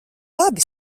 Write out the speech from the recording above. labi